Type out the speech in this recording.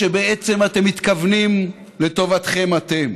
כשבעצם אתם מתכוונים לטובתכם אתם,